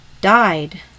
died